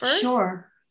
Sure